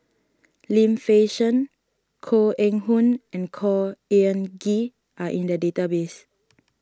Lim Fei Shen Koh Eng Hoon and Khor Ean Ghee are in the database